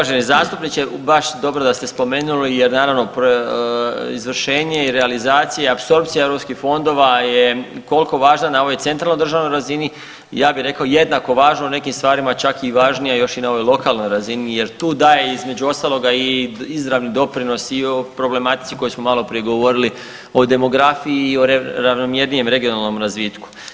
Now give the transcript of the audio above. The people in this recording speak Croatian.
Uvaženi zastupniče, baš dobro da ste spomenuli jer naravno izvršenje i realizacija, apsorpcija eu fondova je koliko važna na ovoj centralnoj državnoj razini, ja vi rekao jednako važno u nekim stvarima čak i važnije još i na ovoj lokalnoj razini jer tu daje između ostaloga i izravni doprinos i o problematici o kojoj smo maloprije govorili, o demografiji i o ravnomjernijem regionalnom razvitku.